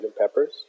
Pepper's